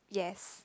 yes